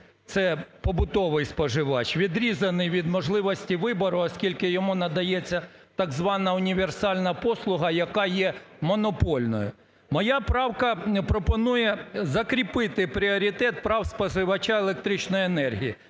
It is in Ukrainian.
це побутовий споживач відрізаний від можливості вибору, оскільки йому надається так звана універсальна послуга, яка є монопольною. Моя правка пропонує закріпити пріоритет прав споживача електричної енергії.